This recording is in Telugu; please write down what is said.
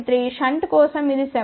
3 షంట్ కోసం ఇది 7